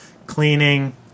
Cleaning